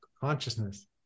consciousness